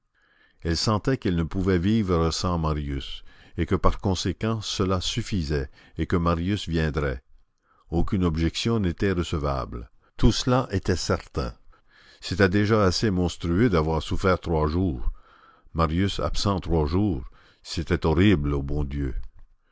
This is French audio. elle sentait qu'elle ne pouvait vivre sans marius et que par conséquent cela suffisait et que marius viendrait aucune objection n'était recevable tout cela était certain c'était déjà assez monstrueux d'avoir souffert trois jours marius absent trois jours c'était horrible au bon dieu